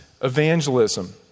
evangelism